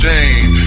Jane